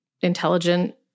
intelligent